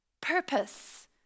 Purpose